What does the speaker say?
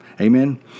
Amen